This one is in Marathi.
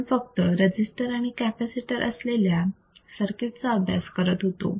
आपण फक्त रजिस्टर आणि कॅपॅसिटर असलेल्या सर्किट चा अभ्यास करत होतो